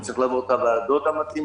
הוא צריך לעבור את הוועדות המתאימות.